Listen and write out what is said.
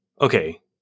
okay